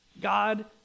God